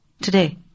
today